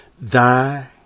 Thy